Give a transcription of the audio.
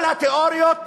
כל התיאוריות